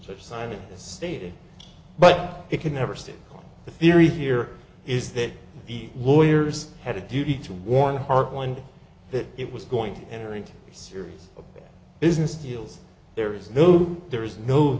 signing stated but it could never state the theory here is that the lawyers had a duty to warn heart one that it was going to enter into serious business deals there is no there is no